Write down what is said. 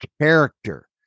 character